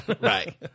Right